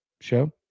show